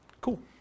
Cool